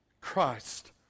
Christ